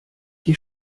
die